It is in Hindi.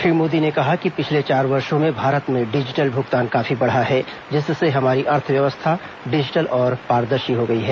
श्री मोदी ने कहा कि पिछले चार वर्षो में भारत में डिजिटल भुगतान काफी बढ़ा है जिससे हमारी अर्थव्यवस्था डिजिटल और पारदर्शी हो गई है